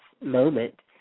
moment